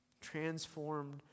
transformed